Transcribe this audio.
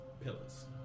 pillars